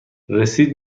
رسید